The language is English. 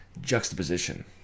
juxtaposition